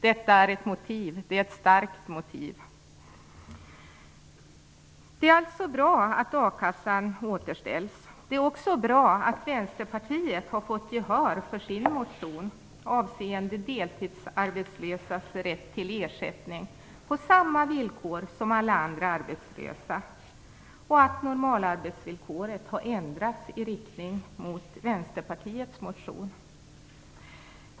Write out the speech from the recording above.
Detta är ett starkt motiv. Det är alltså bra att a-kassan återställs. Det är också bra att Vänsterpartiet har fått gehör för sin motion avseende deltidsarbetslösas rätt till ersättning, på samma villkor som alla andra arbetslösa. Normalarbetsvillkoret har ändrats i riktning mot Vänsterpartiets motion.